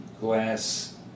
glass